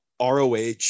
roh